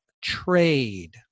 trade